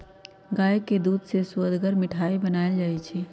गाय के दूध से सुअदगर मिठाइ बनाएल जाइ छइ